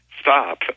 Stop